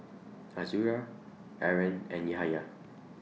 Azura Aaron and Yahaya